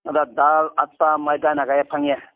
ꯑꯗ ꯗꯥꯜ ꯑꯇꯥ ꯃꯣꯏꯗꯥꯅ ꯀꯌꯥ ꯐꯪꯉꯦ